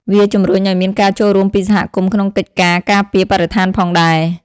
វាជំរុញឱ្យមានការចូលរួមពីសហគមន៍ក្នុងកិច្ចការការពារបរិស្ថានផងដែរ។